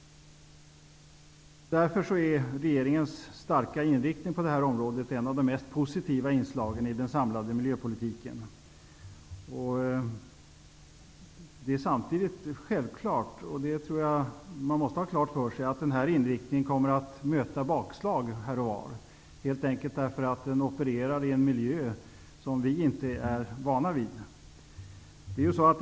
Regeringens starka inriktning på detta område är en av de mest positiva inslagen i den samlade miljöpolitiken. Det är samtidigt självklart -- och det tror jag att man måste ha klart för sig -- att den här inriktningen kommer att möta bakslag här och var, helt enkelt därför att vi opererar i en miljö som vi inte är vana vid.